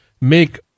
make